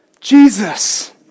Jesus